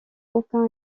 aucun